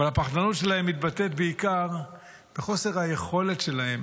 אבל הפחדנות שלהם מתבטאת בעיקר בחוסר היכולת שלהם